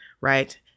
right